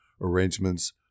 Arrangements